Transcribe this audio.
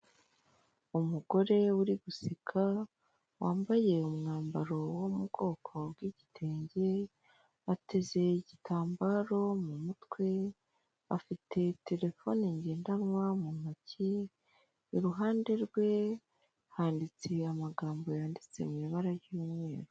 Abantu bari kukazu mu inzu igurisha amayinite, abayobozi noneho bagiye nko kubikuza cyangwa kubitsa cyangwa kugura ikarita yo guha....